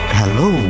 Hello